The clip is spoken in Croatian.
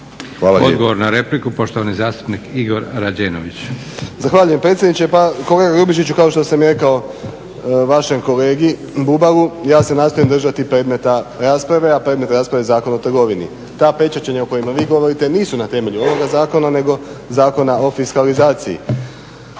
Odgovor na repliku poštovani zastupnik Igor Rađenović. **Rađenović, Igor (SDP)** Zahvaljujem predsjedniče. Pa kolega Grubišiću kao što sam rekao vašem kolegi Bubalo ja se nastojim držati predmeta rasprave, a predmet rasprave je Zakon o trgovini. Ta pečaćenja o kojima vi govorite nisu na temelju ovoga zakona nego Zakona o fiskalizaciji.